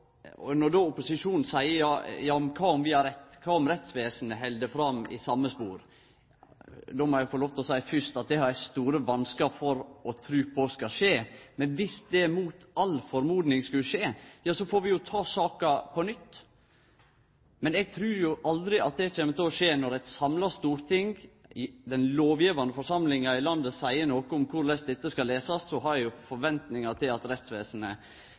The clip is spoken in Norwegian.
utvidinga. Når då opposisjonen seier: Kva om vi har rett? Kva om rettsvesenet held fram i same sporet? Då må eg fyrst få lov til å seie at eg har store vanskar for å tru at det skal skje. Men dersom det mot all tru skulle skje, får vi ta saka på nytt. Men eg trur aldri at det kjem til å skje. Når eit samla storting, den lovgivande forsamlinga i landet, seier noko om korleis dette skal lesast, har eg forventingar til at rettsvesenet